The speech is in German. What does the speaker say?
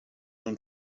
und